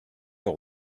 all